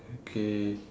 okay